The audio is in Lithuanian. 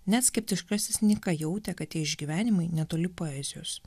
net skeptiškasis nyka jautė kad tie išgyvenimai netoli poezijos